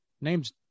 Name's